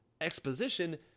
exposition